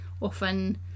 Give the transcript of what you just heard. often